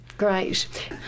great